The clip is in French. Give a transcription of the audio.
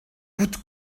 coûte